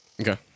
Okay